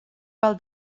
pel